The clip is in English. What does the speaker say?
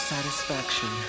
Satisfaction